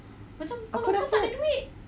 aku rasa